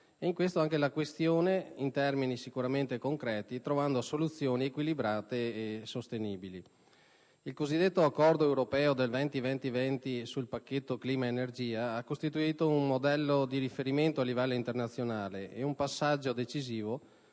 clima/energia, la questione in termini concreti per trovare soluzioni equilibrate e sostenibili. Il cosiddetto Accordo europeo del «20-20-20» sul pacchetto clima-energia ha costituito un modello di riferimento a livello internazionale e un passaggio decisivo